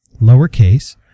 lowercase